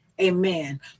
amen